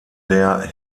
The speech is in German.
der